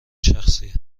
شخصیه